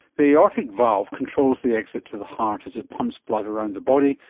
the aortic valve controls the exit to the heart as it pumps blood around the body,